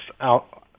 out